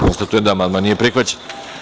Konstatujem da amandman nije prihvaćen.